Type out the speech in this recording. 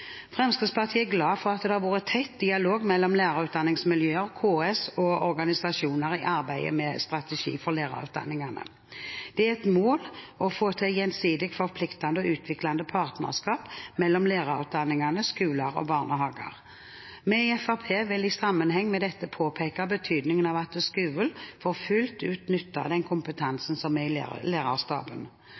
Fremskrittspartiet er glad for at det har vært tett dialog mellom lærerutdanningsmiljøer, KS og organisasjoner i arbeidet med en strategi for lærerutdanningene. Det er et mål å få til gjensidig forpliktende og utviklende partnerskap mellom lærerutdanningene og skoler og barnehager. Vi i Fremskrittspartiet vil i sammenheng med dette påpeke betydningen av at skolen får fullt ut nytte av den kompetansen som er i lærerstaben.